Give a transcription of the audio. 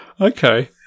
okay